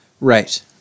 Right